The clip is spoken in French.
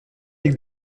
est